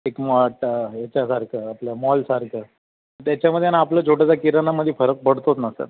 एक मॉट ह्याच्यासारखं आपलं मॉलसारखं त्याच्यामध्ये आणि आपलं छोटसं किराणामध्ये फरक पडतोच ना सर